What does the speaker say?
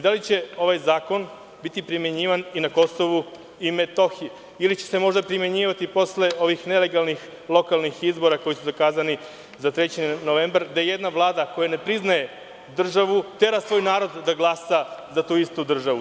Da li će ovaj zakon biti primenjivan i na KiM, ili će se možda primenjivati posle ovih nelegalnih lokalnih izbora koji su zakazani za 3. novembar, gde jedna vlada koja ne priznaje državu tera svoj narod da glasa za tu istu državu.